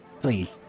Please